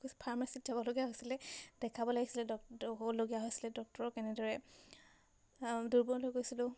ফাৰ্মাচীত যাবলগীয়া হৈছিলে দেখাব লাগিছিলে ডক্টৰ হ'বলগীয়া হৈছিলে ডক্টৰক কেনেদৰে দুৰ্বল গৈছিলোঁ